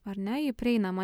ar ne ji prieinama